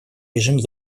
режим